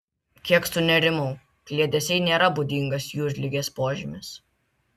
kiek sunerimau kliedesiai nėra būdingas jūrligės požymis